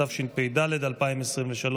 התשפ"ד 2023,